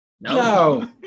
No